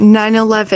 9/11